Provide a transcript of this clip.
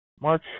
March